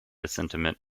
sentiment